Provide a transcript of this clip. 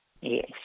Yes